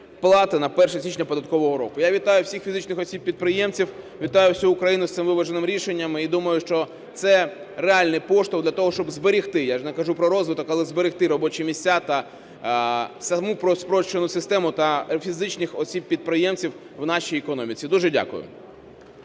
плати на 1 січня податкового року". Я вітаю всіх фізичних осіб-підприємців, вітаю всю Україну з цим виваженим рішенням. І думаю, що це реальний поштовх для того, щоб зберегти, я вже не кажу про розвиток, але зберегти робочі місця, саму спрощену систему та фізичних осіб-підприємців у нашій економіці. Дуже дякую.